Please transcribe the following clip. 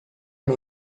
and